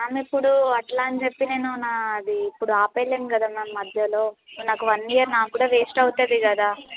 ma'am ఇప్పుడు అట్లా అని చెప్పి నేను నాది ఇప్పుడు ఆపేయలేము కదా మ్యామ్ మధ్యలో నాకు వన్ ఇయర్ నాకు కూడా వేస్ట్ అవుతుంది కదా